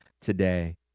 today